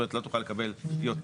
לא תוכל לקבל יותר.